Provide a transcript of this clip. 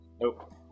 Nope